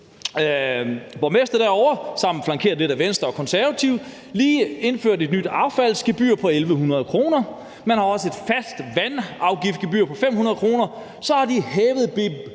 borgmester, flankeret lidt af Venstre og Konservative, lige indført et nyt affaldsgebyr på 1.100 kr. Man har også et fast vandafgiftsgebyr på 500 kr., man har hævet